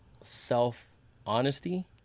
self-honesty